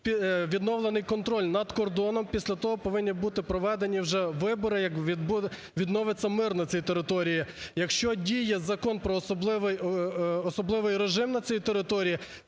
відновлений контроль над кордоном. Після того повинні бути проведені вже вибори, як відновиться мир на цій території. Якщо діє Закон про особливий режим на цій території,